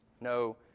No